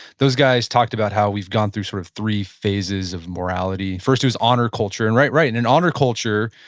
those guys talked about how we've gone through sort of three phases of morality. first it was honor culture, and right, in an honor culture,